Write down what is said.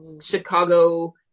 chicago